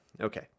okay